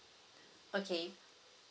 okay